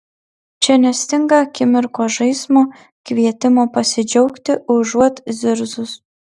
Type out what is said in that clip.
čia nestinga akimirkos žaismo kvietimo pasidžiaugti užuot zirzus